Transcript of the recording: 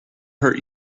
hurt